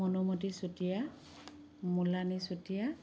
Manomati Chutia Molani Chutia